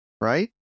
right